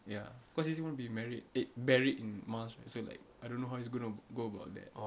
ya cause if he want to be married eh buried in mars so like I don't know how he's going to go about that